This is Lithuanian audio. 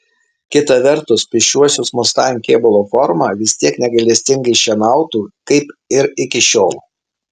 kita vertus pėsčiuosius mustang kėbulo forma vis tiek negailestingai šienautų kaip ir iki šiol